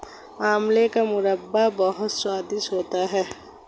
आंवले का मुरब्बा बहुत स्वादिष्ट होता है